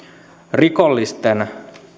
rikollisten